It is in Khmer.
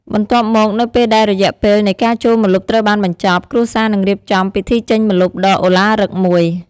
បន្ទាប់មក នៅពេលដែលរយៈពេលនៃការចូលម្លប់ត្រូវបានបញ្ចប់ គ្រួសារនឹងរៀបចំ ពិធីចេញម្លប់ ដ៏ឱឡារិកមួយ។